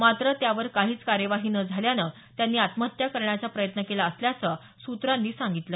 मात्र यावर काहीच कार्यवाही न झाल्यानं त्यांनी आत्महत्या करण्याचा प्रयत्न केला असल्याचं सुत्रांनी सांगितलं